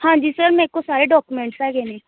ਹਾਂਜੀ ਸਰ ਮੇਰੇ ਕੋਲ ਸਾਰੇ ਡਾਕੂਮੈਂਟਸ ਹੈਗੇ ਨੇ